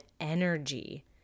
energy